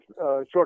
short